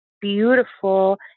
beautiful